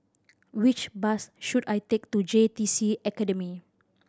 which bus should I take to J T C Academy